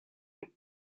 moon